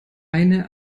eine